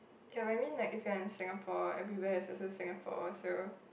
ya but I mean like if you are in Singapore everywhere is also Singapore so